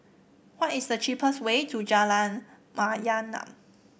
what is the cheapest way to Jalan Mayaanam